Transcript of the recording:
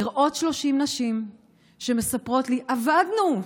לראות 30 נשים שמספרות לי: עבדנו,